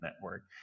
network